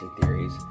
theories